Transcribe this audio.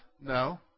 No